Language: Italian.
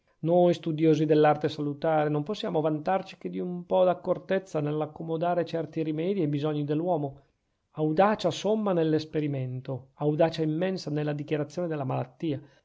noi studiosi dell'arte salutare non possiamo vantarci che di un po d'accortezza nell'accomodare certi rimedi ai bisogni dell'uomo audacia somma nell'esperimento audacia immensa nella dichiarazione della malattia